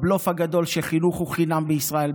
הבלוף הגדול שחינוך הוא חינם בישראל,